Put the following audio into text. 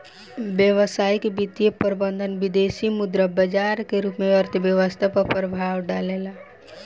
व्यावसायिक वित्तीय प्रबंधन विदेसी मुद्रा बाजार के रूप में अर्थव्यस्था पर प्रभाव डालेला